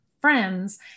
friends